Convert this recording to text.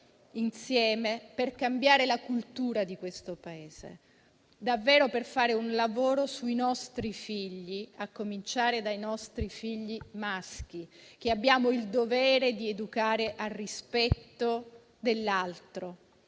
insieme per cambiare la cultura di questo Paese, per fare davvero un lavoro sui nostri figli, a cominciare dai nostri figli maschi, che abbiamo il dovere di educare al rispetto dell'altro.